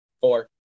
Four